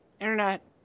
internet